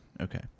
Okay